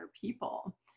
people